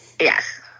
Yes